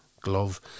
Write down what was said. glove